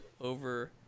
over